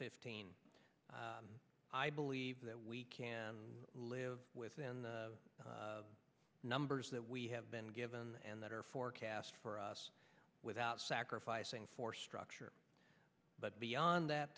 fifteen i believe that we can live within the numbers that we have been given and that are for cast for us without sacrificing for structure but beyond that